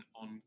on